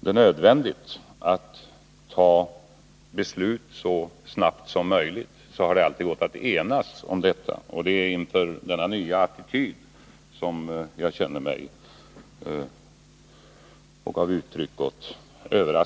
det nödvändigt att fatta beslut så snabbt som möjligt, så har det alltid gått att enas om detta. Det är inför den nya attityden som jag känner mig överraskad och gav uttryck för detta.